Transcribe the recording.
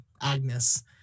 Agnes